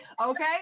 Okay